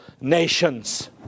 nations